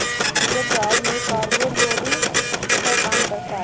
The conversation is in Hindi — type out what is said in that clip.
सूरज जहाज में कार्गो लोडिंग का काम करता है